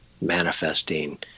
manifesting